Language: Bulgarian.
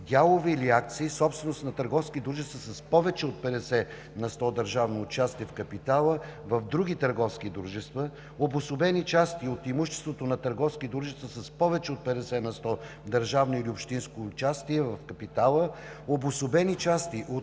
дялове или акции, собственост на търговски дружества с повече от 50 на сто държавно участие в капитала в други търговски дружества; обособени части от имуществото на търговски дружества с повече от 50 на сто държавно или общинско участие в капитала; обособени части от